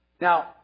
Now